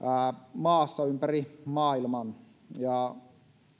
maassa ympäri maailman